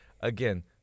Again